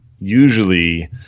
usually